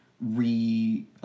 re-